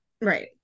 Right